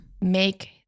Make